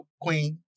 queen